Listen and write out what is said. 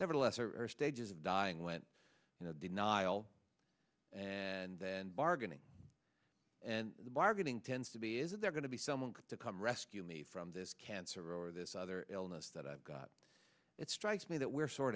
nevertheless early stages of dying went you know denial and then bargaining and the marketing tends to be is there going to be someone to come rescue me from this cancer or this other illness that i've got it strikes me that we're sort